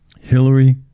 Hillary